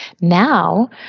Now